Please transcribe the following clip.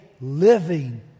living